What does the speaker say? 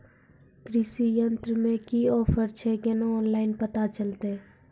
कृषि यंत्र मे की ऑफर छै केना ऑनलाइन पता चलतै?